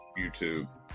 YouTube